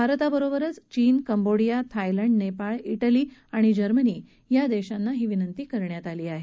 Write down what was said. भारताबरोबरच चीन Cambodia Thailand Nepal इाऊी आणि जर्मनी या देशांना ही विनंती करण्यात आली आहे